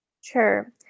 Sure